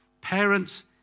Parents